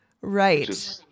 Right